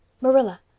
Marilla